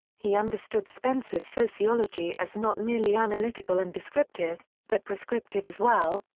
he understood spencer's sociology as not merely analytical and descriptive, but prescriptive as well,